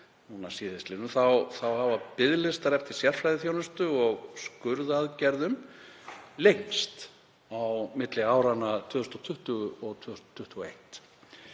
síðastliðnum hafa biðlistar eftir sérfræðiþjónustu og skurðaðgerðum lengst á milli áranna 2020 og 2021.